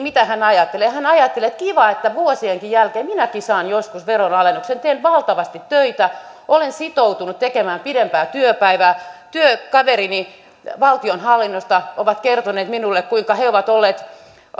mitä hän ajattelee hän ajattelee että kiva että vuosienkin jälkeen minäkin saan joskus veronalennuksen teen valtavasti töitä olen sitoutunut tekemään pidempää työpäivää työkaverini valtionhallinnosta ovat kertoneet minulle kuinka he ovat olleet